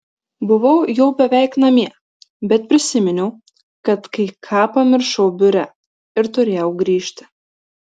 buvau jau beveik namie bet prisiminiau kad kai ką pamiršau biure ir turėjau grįžti